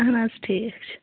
اَہَن حظ ٹھیٖک چھُ